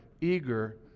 eager